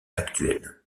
actuelle